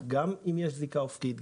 גם אם יש זיקה אנכית,